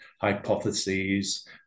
hypotheses